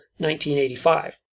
1985